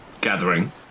gathering